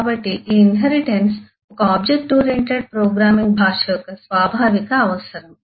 కాబట్టి ఈ ఇన్హెరిటెన్స్ ఒక ఆబ్జెక్ట్ ఓరియెంటెడ్ ప్రోగ్రామింగ్ భాష యొక్క స్వాభావిక అవసరం